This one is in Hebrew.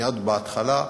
מייד בהתחלה,